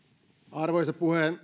arvoisa